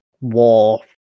war